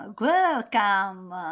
welcome